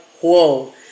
Whoa